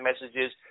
messages